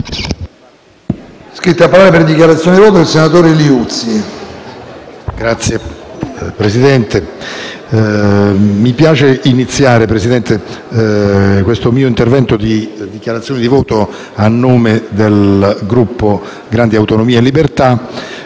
mi piace iniziare questo mio intervento in dichiarazione di voto a nome del Gruppo delle Grandi Autonomie e Libertà